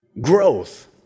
growth